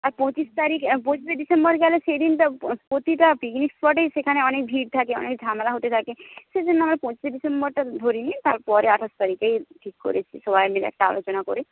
আর পঁচিশ তারিখ পঁচিশে ডিসেম্বর গেলে সেই দিনটা প্রতিটা পিকনিক স্পটেই সেখানে অনেক ভিড় থাকে অনেক ঝামেলা হতে থাকে সেইজন্য আমরা পঁচিশে ডিসেম্বরটা ধরিনি তারপরে আটাশ তারিখেই ঠিক করেছি সবাই মিলে একটা আলোচনা করে